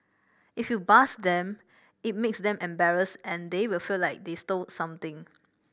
if you buzz them it makes them embarrassed and they will feel like they stole something